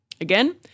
Again